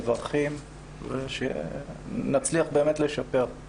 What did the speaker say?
מברכים ושנצליח באמת לשפר.